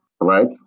right